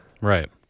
right